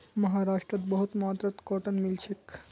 महाराष्ट्रत बहुत मात्रात कॉटन मिल छेक